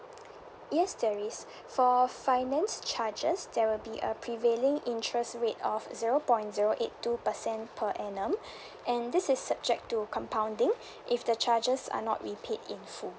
yes there is for finance charges there will be a prevailing interest rate of zero point zero eight two percent per annum and this is subject to compounding if the charges are not repeat in full